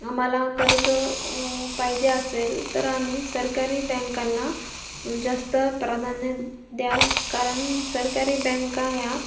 आम्हाला कर्ज पाहिजे असेल तर आम्ही सरकारी बँकांना जास्त प्राधान्य द्याल कारण सरकारी बँका ह्या